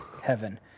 heaven